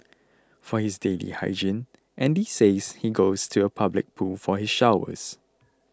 for his daily hygiene Andy says he goes to a public pool for his showers